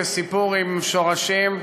וסיפור עם שורשים,